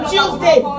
Tuesday